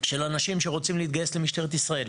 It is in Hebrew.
של אנשים שרוצים להתגייס למשטרת ישראל,